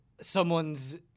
someone's